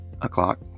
o'clock